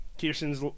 Kirsten's